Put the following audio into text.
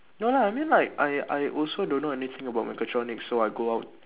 no lah I mean like I I also don't know anything about mechatronics so I go out